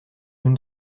nous